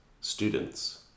students